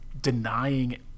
denying